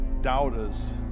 doubters